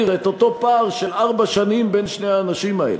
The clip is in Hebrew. את אותו פער של ארבע שנים בין שני האנשים האלה.